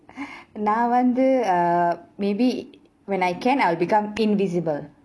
நா வந்து:naa vanthu err maybe when I can I'll become invisible